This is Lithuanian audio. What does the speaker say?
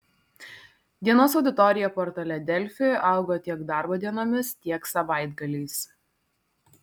dienos auditorija portale delfi augo tiek darbo dienomis tiek savaitgaliais